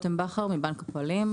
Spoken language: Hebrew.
אני מבנק הפועלים,